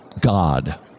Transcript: God